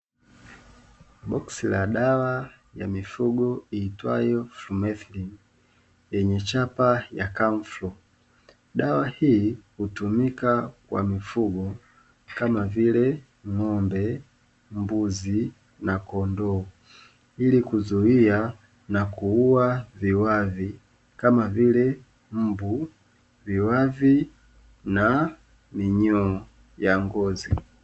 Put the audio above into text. Boksi la dawa ya mifugo iitwayo Flumethin lenye chapa ya Kanflu dawa hii hutumika kwa mifugo kama vile ng'ombe, mbuzi, na kondoo ili kuzuia na kuua viwavi kama vile mbu viwavi na minyoo ya ngozi.